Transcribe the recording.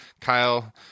Kyle